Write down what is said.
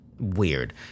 weird